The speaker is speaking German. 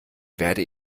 werde